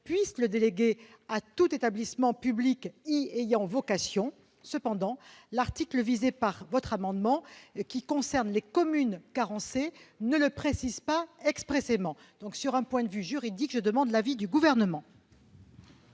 puisse le déléguer à tout établissement public y ayant vocation. Toutefois, l'article visé par cet amendement, qui concerne les communes « carencées », ne le précise pas expressément. Sur ce point juridique, la commission demande l'avis du Gouvernement.